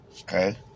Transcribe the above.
Okay